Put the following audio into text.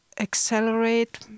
accelerate